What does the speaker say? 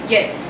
Yes